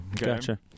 Gotcha